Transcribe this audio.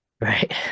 Right